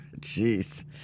Jeez